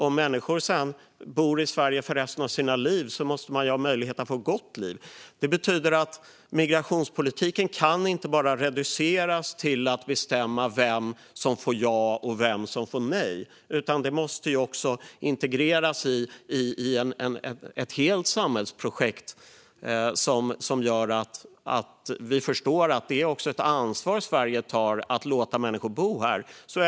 Om människor bor i Sverige resten av sina liv måste de ju ha möjlighet att få ett gott liv. Det betyder att migrationspolitiken inte bara kan reduceras till att bestämma vem som får ja och vem som får nej, utan detta måste också integreras i ett helt samhällsprojekt som gör att vi förstår att Sverige tar ett ansvar genom att låta människor bo här.